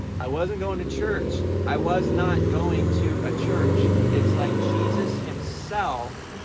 i wasn't going to church, i was not going to a church! it's like jesus himself